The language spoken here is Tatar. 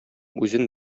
үзен